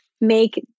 make